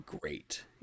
great